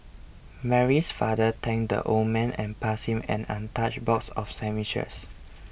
Mary's father thanked the old man and passed him an untouched box of sandwiches